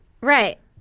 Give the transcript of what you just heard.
Right